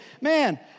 man